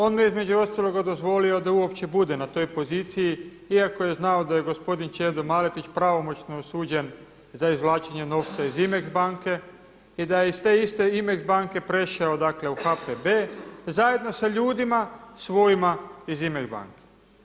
On mu je između ostaloga dozvolio da uopće bude na toj poziciji iako je znao da je gospodin Čedo Maletić pravomoćno osuđen za izvlačenje novca iz Imex banke i da je iz te iste Imex banke prešao dakle u HPB zajedno sa ljudima svojima iz Imex banke.